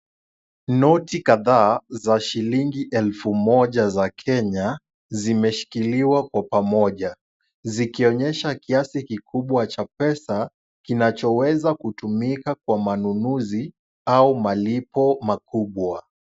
Noti kadhaa za shilingi elfu moja za Kenya, zimeshikiliwa kwa pamoja zikionyesha kiasi kikubwa cha pesa kinachoweza kutumika kwa manunuzi au malipo makubwa.